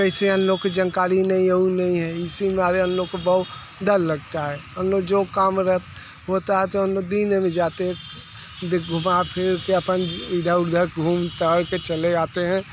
कैसे हम लोग को जानकारी नहीं उ नहीं है इसी मारे हम लोग को बहुत डर लगता है हम लोग जो काम रह होता है तो हम लोग दिन में ही जाते हैं दिग घुमाके फिर के अपन इधर उधर घूम टहल के चले आते हैं